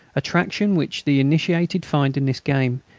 attraction which the initiated find in this game,